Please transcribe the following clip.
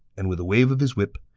and with a wave of his whip,